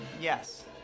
Yes